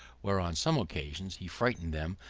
where, on some occasion, he frightened them,